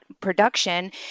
production